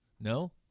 no